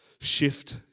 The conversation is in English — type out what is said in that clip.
Shift